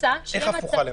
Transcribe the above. איך הפוכה למשל?